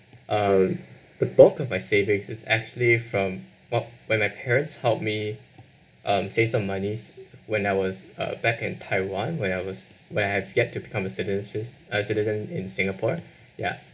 um the bulk of my savings is actually from well when my parents helped me um save some monies when I was uh back in taiwan where I was where I have yet to become a citizen uh citizen in singapore ya